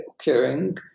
occurring